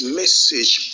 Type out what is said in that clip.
message